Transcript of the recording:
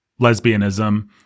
lesbianism